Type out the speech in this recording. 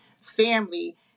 family